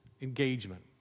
engagement